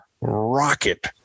rocket